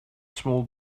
small